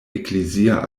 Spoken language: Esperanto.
eklezia